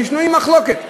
והם שנויים במחלוקת.